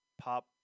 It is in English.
pop